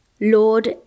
Lord